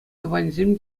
тӑванӗсем